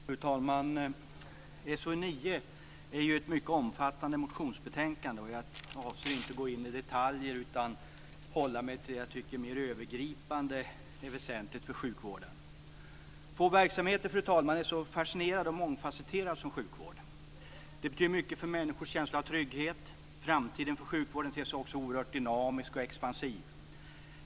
Fru talman! Få verksamheter, fru talman, är så fascinerande och mångfasetterad som sjukvården. Den betyder mycket för människors känsla av trygghet. Framtiden för sjukvården ter sig också oerhört dynamisk och expansiv.